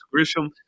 Grisham